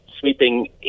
sweeping